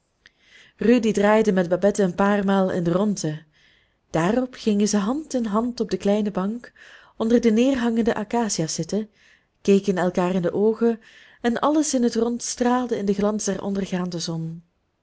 rudy draaide met babette een paar malen in de rondte daarop gingen zij hand in hand op de kleine bank onder de neerhangende acacia's zitten keken elkaar in de oogen en alles in het rond straalde in den glans der ondergaande zon